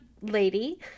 lady